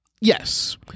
Yes